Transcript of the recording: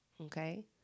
okay